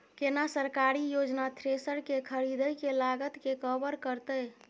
केना सरकारी योजना थ्रेसर के खरीदय के लागत के कवर करतय?